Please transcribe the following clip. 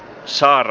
sar